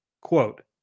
quote